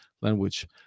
language